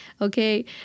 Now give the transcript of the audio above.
Okay